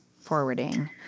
Forwarding